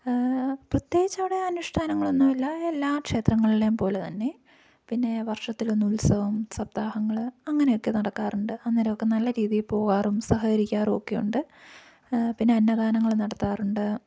പ്രത്യേകിച്ചവിടെ അനുഷ്ഠാനങ്ങളൊന്നുമില്ല എല്ലാ ക്ഷേത്രങ്ങളിലേയും പോലെ തന്നെ പിന്നെ വർഷത്തിൽ ഒന്ന് ഉത്സവം സപ്താഹങ്ങള് അങ്ങനെയൊക്കെ നടക്കാറുണ്ട് അന്നേരമൊക്കെ നല്ല രീതിയിൽ പോവാറും സഹകരിക്കാറൊക്കെയുണ്ട് പിന്നെ അന്നദാനങ്ങൾ നടത്താറുണ്ട്